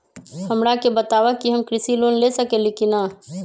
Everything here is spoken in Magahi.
हमरा के बताव कि हम कृषि लोन ले सकेली की न?